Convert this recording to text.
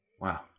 Wow